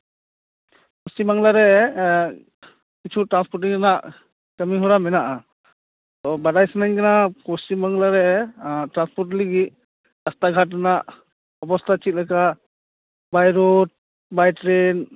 ᱯᱚᱥᱪᱤᱢ ᱵᱟᱝᱞᱟ ᱨᱮ ᱠᱤᱪᱷᱩ ᱴᱨᱟᱱᱥᱯᱳᱨᱴᱤᱝ ᱨᱮᱱᱟᱜ ᱠᱟᱹᱢᱤᱦᱚᱨᱟ ᱢᱮᱱᱟᱜᱼᱟ ᱛᱚ ᱵᱟᱰᱟᱭ ᱥᱟᱱᱟᱧ ᱠᱟᱱᱟ ᱯᱚᱥᱪᱤᱢ ᱵᱟᱝᱞᱟ ᱨᱮ ᱴᱨᱟᱱᱥᱯᱳᱨᱴ ᱞᱟᱹᱜᱤᱫ ᱨᱟᱥᱛᱟᱜᱷᱟᱴ ᱨᱮᱱᱟᱜ ᱚᱵᱚᱥᱛᱷᱟ ᱪᱮᱫᱞᱮᱠᱟ ᱵᱟᱭ ᱨᱳᱰ ᱵᱟᱭ ᱴᱨᱮᱹᱱ